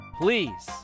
please